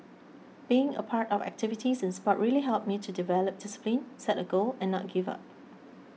being a part of activities in sport really helped me to develop discipline set a goal and not give up